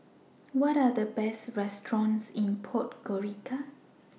What Are The Best restaurants in Podgorica